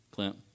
Clint